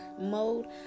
mode